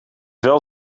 wel